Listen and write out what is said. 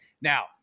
Now